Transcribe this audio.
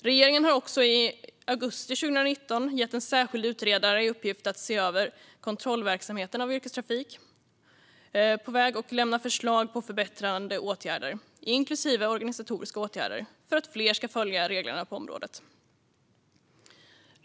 Regeringen gav i augusti 2019 en särskild utredare i uppgift att se över kontrollverksamheten för yrkestrafik på väg och lämna förslag på förbättrande åtgärder, inklusive organisatoriska åtgärder, för att fler ska följa reglerna på området.